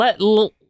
let